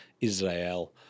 Israel